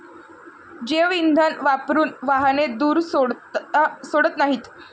जैवइंधन वापरून वाहने धूर सोडत नाहीत